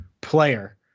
player